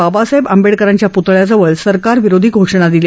बाबासाहेब आंबेडकरांच्या प्तळ्याजवळ सरकार विरोधी घोषणा दिल्या